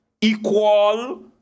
Equal